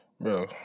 bro